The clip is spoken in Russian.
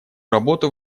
работу